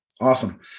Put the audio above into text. Awesome